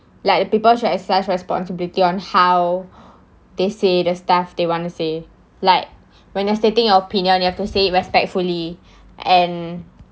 like the people should exercise responsibility on how they say the stuff they want to say like when you're stating our opinion you have to say respectfully and